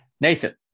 Nathan